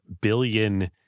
billion